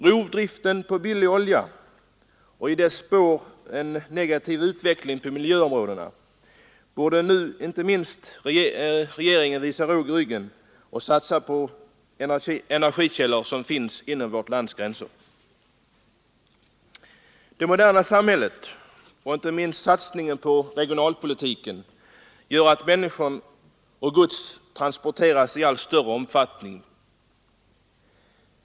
Rovdriften på billig olja och i dess spår en negativ utveckling på miljöområdet borde inte minst ge regeringen tillräckligt med råg i ryggen för att nu satsa på de energikällor som finns inom vårt lands gränser. I det moderna samhället transporteras människor och gods i allt större utsträckning, detta inte minst på grund av den satsning som nu sker på regionalpolitiken.